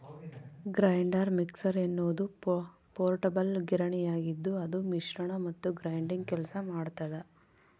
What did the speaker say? grinder mixer ಎನ್ನುವುದು portable ಗಿರಣಿಯಾಗಿದ್ದುಅದು ಮಿಶ್ರಣ ಮತ್ತು ಗ್ರೈಂಡಿಂಗ್ ಕೆಲಸ ಮಾಡ್ತದ